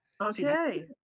Okay